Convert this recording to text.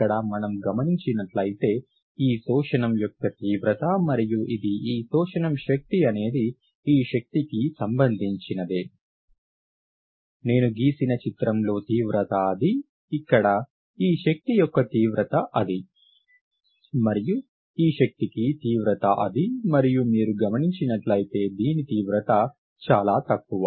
ఇక్కడ మనం గమనించినట్లయితే ఈ శోషణం యొక్క తీవ్రత మరియు ఇది ఈ శోషణం శక్తి అనేది ఈ శక్తి కి సంబంధించినదే నేను గీసిన చిత్రంలో తీవ్రత అది ఇక్కడ ఈ శక్తి యొక్క తీవ్రత అది మరియు ఈ శక్తికి తీవ్రత అది మరియు మీరు గమనించినట్లైతే దీని తీవ్రత చాలా తక్కువ